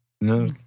No